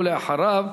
ואחריו,